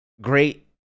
great